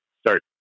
start